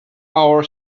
our